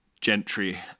gentry